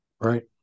right